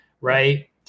Right